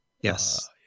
Yes